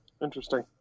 interesting